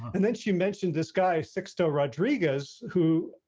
and then she mentioned this guy, sixto rodriguez, who,